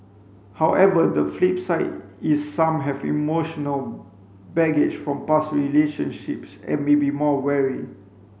however the flip side is some have emotional baggage from past relationships and may be more wary